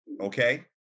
Okay